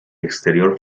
exterior